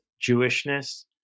Jewishness